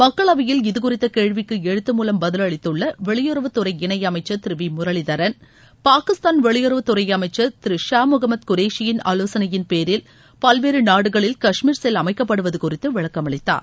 மக்களவையில் இதுகுறித்த கேள்விக்கு எழுத்து மூலம் பதிலளித்துள்ள வெளியுறவுத் துறை இணை அமைச்சர் திரு வி முரளிதரன் பாகிஸ்தான் வெளியுறவுத் துறை அமைச்சர் திரு ஷா முகமது குரேஷியின் ஆலோசனையின் பேரில் பல்வேறு நாடுகளில் காஷ்மீர் செல் அமைக்கப்படுவது குறித்து விளக்கம் அளித்தார்